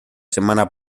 semana